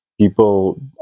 People